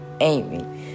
Amy